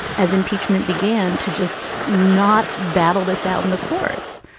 as impeachment began to just not battle this out in the courts.